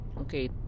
Okay